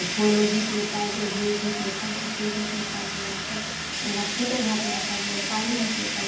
फळं घेतले पाहिजेल हे घेतले पाहिजेल ते घेतले पाहिजेल आपन त्यांना खत घातले पाहिजेल पाणी घातले पाय